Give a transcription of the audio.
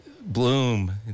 bloom